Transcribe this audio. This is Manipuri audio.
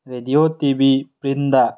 radio T V ꯄ꯭ꯔꯤꯟꯠꯗ